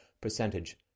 percentage